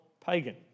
pagan